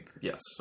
yes